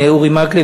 אורי מקלב,